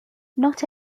not